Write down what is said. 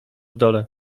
dole